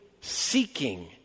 seeking